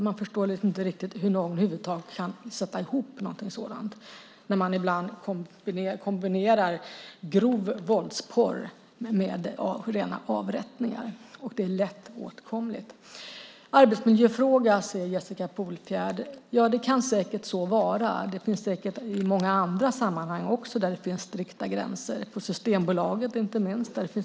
Man förstår inte riktigt hur någon över huvud taget kan sätta ihop någonting sådant. Ibland kombineras grov våldsporr med rena avrättningar. Dessutom är det hela lättåtkomligt. Jessica Polfjärd talar också om detta som en arbetsmiljöfråga. Ja, det kan säkert vara så. Så är det säkert också i många andra sammanhang där det finns strikta gränser, inte minst på Systembolaget.